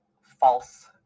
false